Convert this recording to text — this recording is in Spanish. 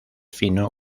fino